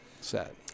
set